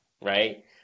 right